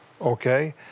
okay